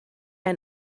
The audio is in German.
ein